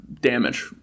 damage